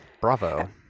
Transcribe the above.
Bravo